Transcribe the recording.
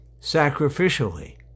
sacrificially